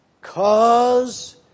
cause